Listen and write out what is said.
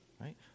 Right